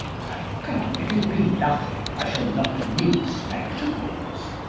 come, if it be nothing, i shall not need spectacles.